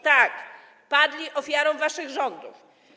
Tak, padli ofiarą waszych rządów.